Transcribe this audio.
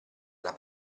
alla